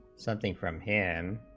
something from him